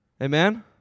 Amen